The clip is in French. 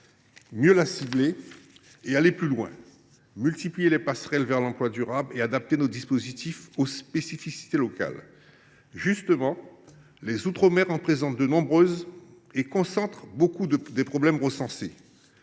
mieux la cibler et aller plus loin en multipliant les passerelles vers l’emploi durable et en adaptant nos dispositifs aux spécificités locales. Justement, les outre mer présentent nombre de ces spécificités et concentrent beaucoup des problèmes recensés.